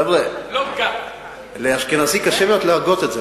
חבר'ה, לאשכנזי קשה מאוד להגות את זה.